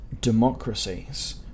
democracies